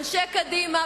אנשי קדימה,